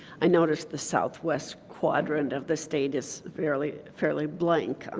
i notice the southwest quadrant of the state is fairly fairly blank.